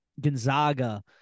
Gonzaga